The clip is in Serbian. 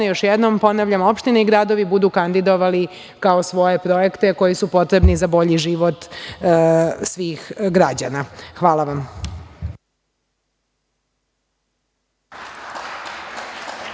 neophodno, i što nam opštine i gradovi budu kandidovali kao svoje projekte koji su potrebni za bolji život svih građana. Hvala vam.